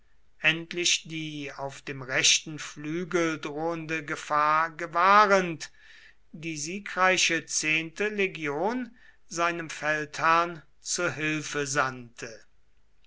endlich die auf dem rechten flügel drohende gefahr gewahrend die siegreiche zehnte legion seinem feldherrn zu hilfe sandte